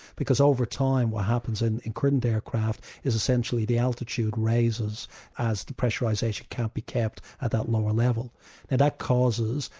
because over time what happens in in current aircraft is essentially the altitude raises as the pressurisation can't be kept at that lower level, and that causes,